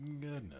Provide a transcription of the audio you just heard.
Goodness